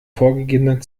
vorgegebenen